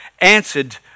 answered